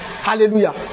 Hallelujah